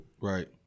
right